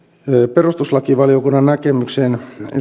perustuslakivaliokunnan näkemykseen